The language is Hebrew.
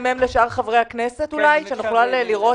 והמידע לשאר חברי הכנסת כדי שנוכל לראות